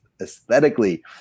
aesthetically